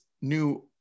new